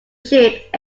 ship